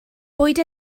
bwyd